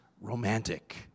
romantic